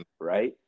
right